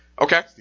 Okay